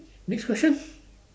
next question